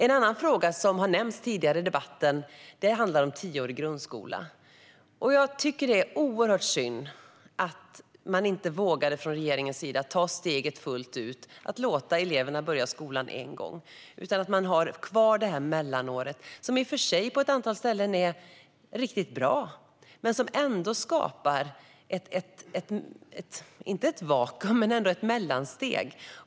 En annan fråga, som har nämnts tidigare i debatten, handlar om tioårig grundskola. Jag tycker att det är oerhört synd att man från regeringens sida inte vågade ta steget fullt ut och låta eleverna börja skolan en enda gång. I stället har man kvar detta mellanår, som i och för sig på ett antal ställen är riktigt bra och som inte skapar ett vakuum men väl ett mellansteg.